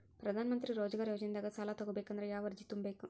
ಪ್ರಧಾನಮಂತ್ರಿ ರೋಜಗಾರ್ ಯೋಜನೆದಾಗ ಸಾಲ ತೊಗೋಬೇಕಂದ್ರ ಯಾವ ಅರ್ಜಿ ತುಂಬೇಕು?